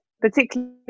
particularly